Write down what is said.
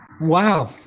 Wow